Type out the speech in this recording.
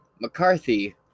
McCarthy